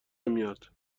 نمیاد